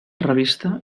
revista